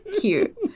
cute